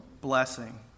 blessing